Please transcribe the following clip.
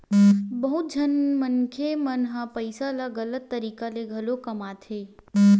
बहुत झन मनखे मन ह पइसा ल गलत तरीका ले घलो कमाथे